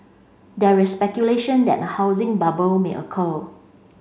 there is speculation that a housing bubble may occur